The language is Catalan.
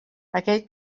aquell